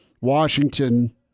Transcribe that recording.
Washington